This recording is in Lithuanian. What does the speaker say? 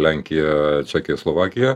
lenkija čekija slovakija